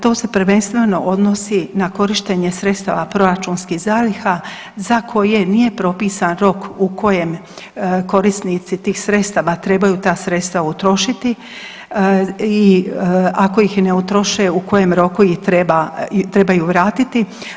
To se prvenstveno odnosi na korištenje sredstava proračunskih zaliha za koje nije propisan rok u kojem korisnici tih sredstava trebaju ta sredstva utrošiti i ako ih ne utroše u kojem roku ih treba, trebaju vratiti.